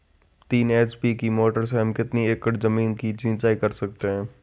तीन एच.पी की मोटर से हम कितनी एकड़ ज़मीन की सिंचाई कर सकते हैं?